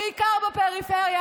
בעיקר בפריפריה.